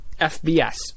FBS